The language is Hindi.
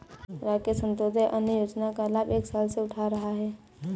राकेश अंत्योदय अन्न योजना का लाभ एक साल से उठा रहा है